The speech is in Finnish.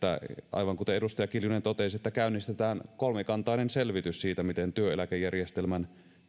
aivan kuten edustaja kiljunen totesi että käynnistetään kolmikantainen selvitys siitä miten työeläkejärjestelmän